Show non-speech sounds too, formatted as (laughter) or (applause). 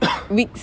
(coughs)